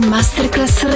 Masterclass